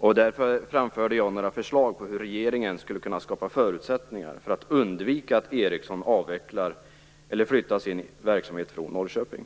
Jag framförde några förslag på hur regeringen skulle kunna skapa förutsättningar för att undvika att Ericsson skulle flytta sin verksamhet från Norrköping.